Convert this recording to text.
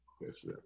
Yes